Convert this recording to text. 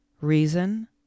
reason